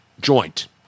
joint